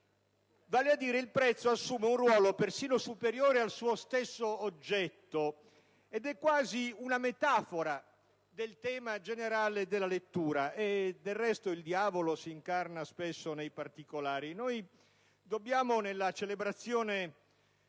Vale a dire, il prezzo assume un ruolo persino superiore al suo stesso oggetto, ed è quasi una metafora del tema generale della lettura. Del resto, il diavolo si nasconde spesso nei particolari.